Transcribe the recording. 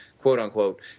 quote-unquote